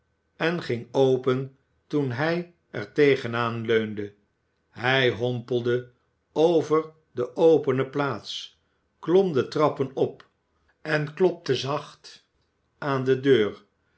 en ging open toen hij er tegen aan leunde hij hompelde over de opene plaats klom de trappen op en klopte zacht aan de deur